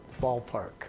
ballpark